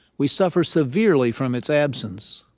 we suffer severely from its absence.